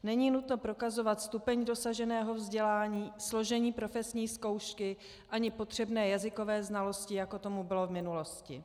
Není nutno prokazovat stupeň dosaženého vzdělání, složení profesní zkoušky ani potřebné jazykové znalosti, jako tomu bylo v minulosti.